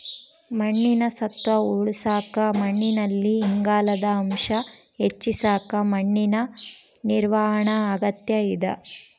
ಮಣ್ಣಿನ ಸತ್ವ ಉಳಸಾಕ ಮಣ್ಣಿನಲ್ಲಿ ಇಂಗಾಲದ ಅಂಶ ಹೆಚ್ಚಿಸಕ ಮಣ್ಣಿನ ನಿರ್ವಹಣಾ ಅಗತ್ಯ ಇದ